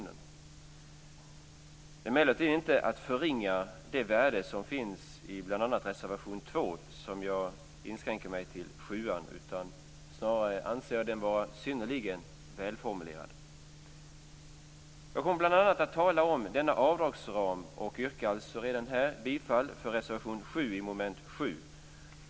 Det är emellertid inte för att förringa det värde som finns i bl.a. reservation 2 som jag inskränker mig till reservation 7, utan jag anser den vara synnerligen välformulerad. Jag kommer bl.a. att tala om denna avdragsram och yrkar redan nu bifall till reservation 7 under mom. 7.